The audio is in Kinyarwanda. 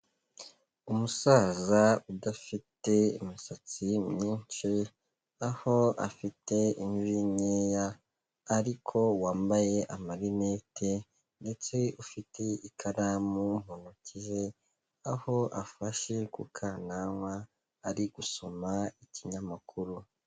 Umusaza udafite imisatsi myinshi, aho afite imvi nkeya ariko wambaye amarinete ndetse ufite ikaramu mu ntoki ze, aho afashe ku kakananwa ari gusoma ikinyamakuru.